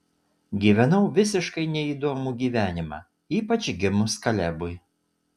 gyvenau visiškai neįdomų gyvenimą ypač gimus kalebui